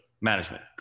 management